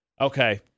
Okay